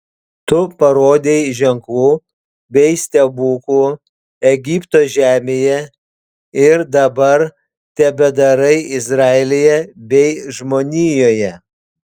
tu parodei ženklų bei stebuklų egipto žemėje ir dabar tebedarai izraelyje bei žmonijoje